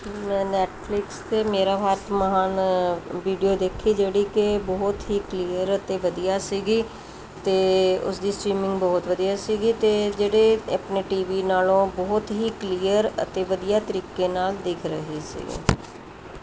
ਮੈਂ ਨੈੱਟਫਲਿਕਸ 'ਤੇ ਮੇਰਾ ਬਾਰਤ ਮਹਾਨ ਵੀਡੀਓ ਦੇਖੀ ਜਿਹੜੀ ਕਿ ਬਹੁਤ ਹੀ ਕਲੀਅਰ ਅਤੇ ਵਧੀਆ ਸੀ ਅਤੇ ਉਸਦੀ ਸਟ੍ਰੀਮਿੰਗ ਬਹੁਤ ਵਧੀਆ ਸੀ ਅਤੇ ਜਿਹੜੇ ਆਪਣੇ ਟੀ ਵੀ ਨਾਲੋਂ ਬਹੁਤ ਹੀ ਕਲੀਅਰ ਅਤੇ ਵਧੀਆ ਤਰੀਕੇ ਨਾਲ ਦਿਖ ਰਹੀ ਸੀ